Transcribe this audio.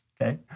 okay